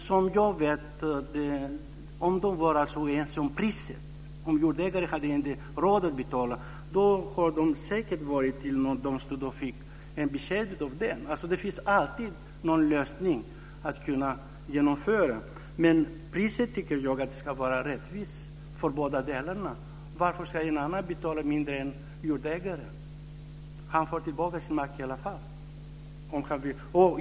Om parterna är oense om priset, om jordägaren inte har råd att betala, kan man säkert gå till någon domstol och få ett besked. Det finns alltid någon lösning för att kunna genomföra det. Men priset tycker jag ska vara rättvist för båda parterna. Varför ska den andra betala mindre än jordägaren? Jordägaren får tillbaka sin mark i alla fall.